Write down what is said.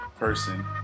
person